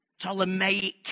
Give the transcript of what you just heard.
Ptolemaic